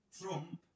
Trump